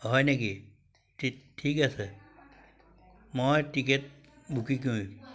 হয় নেকি ঠিক ঠিক আছে মই টিকেট বুকিং কৰিম